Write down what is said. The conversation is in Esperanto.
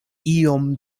iom